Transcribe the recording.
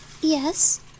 yes